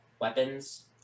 weapons